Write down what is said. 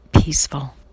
peaceful